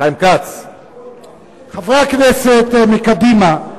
חברי הכנסת מקדימה,